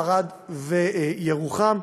ערד וירוחם,